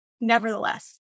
Nevertheless